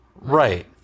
Right